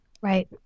Right